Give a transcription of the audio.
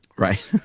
Right